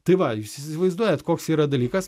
tai va jūs įsivaizduojat koks yra dalykas